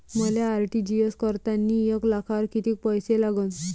मले आर.टी.जी.एस करतांनी एक लाखावर कितीक पैसे लागन?